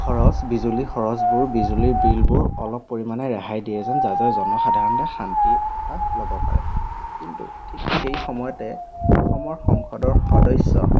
খৰচ বিজুলীৰ খৰচবোৰ বিজুলীৰ বিলবোৰ অলপ পৰিমাণে ৰেহাই দিয়ে যেন যাতে জনসাধাৰণে শান্তি উশাহ ল'ব পাৰে কিন্তু ঠিক সেই সময়তে অসমৰ সংসদৰ সদস্য